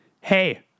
Hey